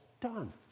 done